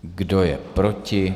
Kdo je proti?